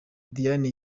diane